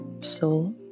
soul